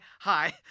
hi